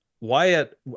Wyatt